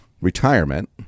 retirement